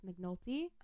McNulty